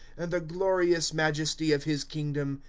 and the glorious majesty of his kingdom.